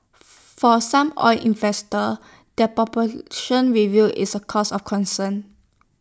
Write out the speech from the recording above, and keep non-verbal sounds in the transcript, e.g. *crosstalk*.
for some oil investors that *unintelligible* review is A cause of concern